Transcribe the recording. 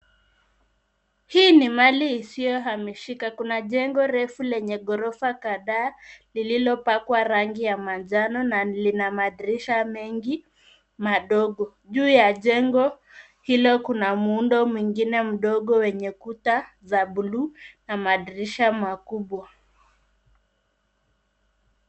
Hii ni mali isiyohamishika. Kuna jengo refu lenye ghorofa kadhaa lililopakwa rangi ya manjano na lina madirisha mengi madogo. Juu ya jengo hilo kuna muundo mwingine mdogo wenye kuta za bluu na madirisha makubwa.